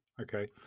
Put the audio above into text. Okay